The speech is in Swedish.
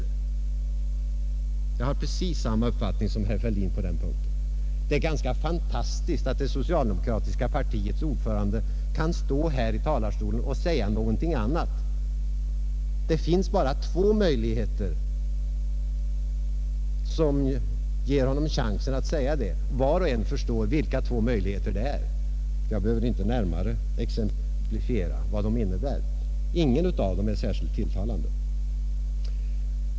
Jag har precis samma uppfattning som herr Fälldin på den punkten. Det är ganska fantastiskt att det socialdemokratiska partiets ordförande kan stå här i talarstolen och säga någonting annat. Det finns bara två möjligheter som ger honom chansen att säga det. Var och en förstår vilka två möjligheter det är — jag behöver inte närmare exemplifiera vad de innebär. Ingen av dem är särskilt tilltalande.